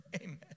Amen